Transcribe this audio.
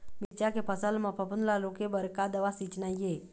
मिरचा के फसल म फफूंद ला रोके बर का दवा सींचना ये?